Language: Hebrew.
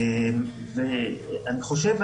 אני חושב,